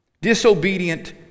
disobedient